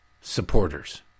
supporters